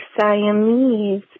Siamese